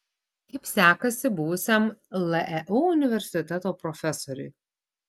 kaip sekasi buvusiam leu universiteto profesoriui